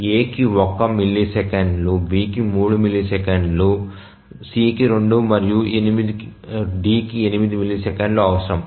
Aకి 1 మిల్లీసెకన్లు Bకి 3 మిల్లీసెకన్లు Cకి 2 మరియు Dకి 8 మిల్లీసెకన్లు అవసరం